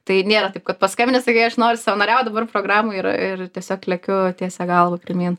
tai nėra taip kad paskambini sakai aš noriu savanoriaut dabar programoj ir ir tiesiog lekiu tiesia galva pirmyn